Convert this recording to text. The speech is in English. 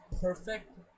perfect